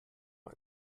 mal